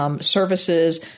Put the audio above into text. services